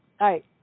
right